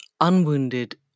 unwounded